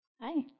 Hi